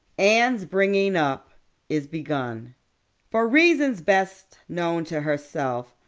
anne's bringing-up is begun for reasons best known to herself,